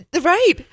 Right